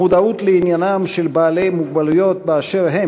המודעות לעניינם של בעלי מוגבלות באשר הם